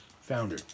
Founder